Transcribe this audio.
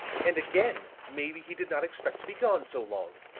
and again, maybe he did not expect to be gone so long.